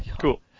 Cool